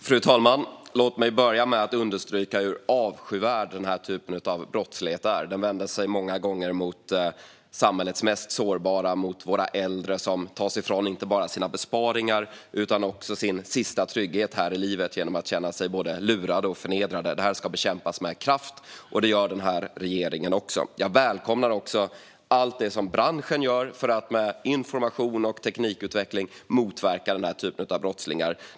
Fru talman! Låt mig börja med att understryka hur avskyvärd denna typ av brottslighet är. Den vänder sig många gånger mot samhällets mest sårbara - mot våra äldre. Man tar inte bara ifrån dem deras besparingar utan också deras sista trygghet här i livet genom att de känner sig både lurade och förnedrade. Detta ska bekämpas med kraft, och det gör denna regering. Jag välkomnar också allt det som branschen gör för att med information och teknikutveckling motverka denna typ av brottslighet.